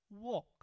walk